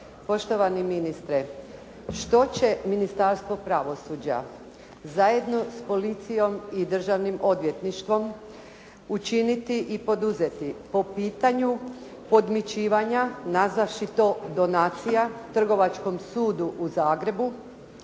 Poštovani ministre, što će Ministarstvo pravosuđa zajedno s policijom i Državnim odvjetništvom učiniti i poduzeti po pitanju podmićivanja nazvavši donacija Trgovačkom sudu u Zagrebu